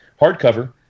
hardcover